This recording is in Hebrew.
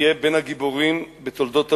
יהיה בין הגיבורים בתולדות האומה.